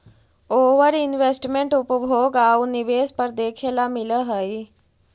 ओवर investment उपभोग आउ निवेश पर देखे ला मिलऽ हई